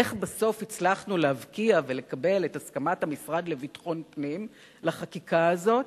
איך בסוף הצלחנו להבקיע ולקבל את הסכמת המשרד לביטחון פנים לחקיקה הזאת?